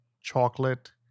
chocolate